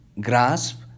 grasp